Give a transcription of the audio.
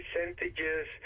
percentages